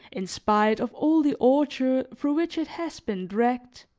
in spite of all the ordure through which it has been dragged,